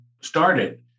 started